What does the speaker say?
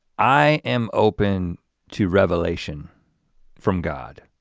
i am open to revelation from god.